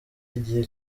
igihe